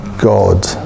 God